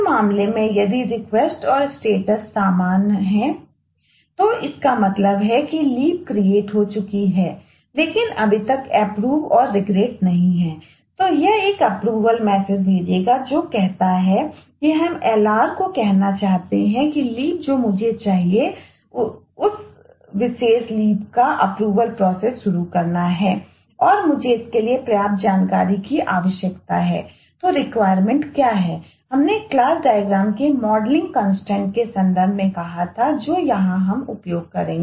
अन्य मामले में यदि रिक्वेस्ट के संदर्भ में कहा था जो हम यहां पर उपयोग करेंगे